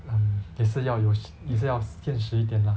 um 也是要有也是要现实一点 lah